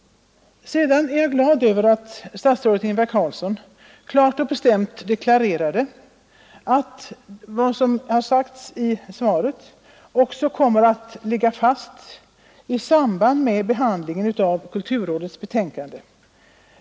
Sedan är jag glad över att statsrådet Ingvar Carlsson klart och bestämt deklarerade att vad som har sagts i svaret också kommer att ligga fast i samband med behandlingen av kulturrådets betänkande.